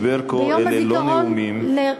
ביום הזיכרון לרבין,